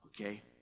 Okay